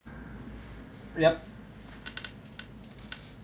yup